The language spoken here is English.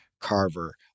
Carver